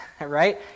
right